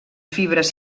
fibres